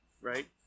right